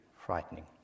frightening